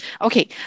okay